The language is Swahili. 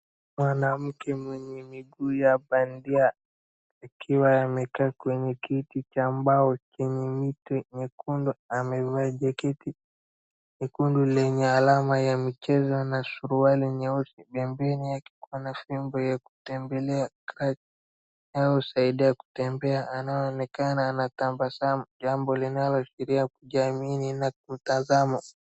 Mwanamke mwenye miguu ya bandia akiwa amekaa kwenye kiti cha mbao chenye mito mwekundu, amevaa jaketi nyekundu yenye alama ya michezo na suruali nyeusi, pembeni kuna fimbo ya kuteembelea inayosaidia kutembea anaonekana anatabasamu, jambo linaloashiria kujiamini na kutazama.